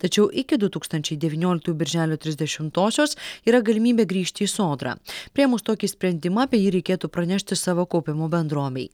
tačiau iki du tūkstančiai devynioliktųjų birželio trisdešimtosios yra galimybė grįžti į sodrą priėmus tokį sprendimą apie jį reikėtų pranešti savo kaupimo bendrovei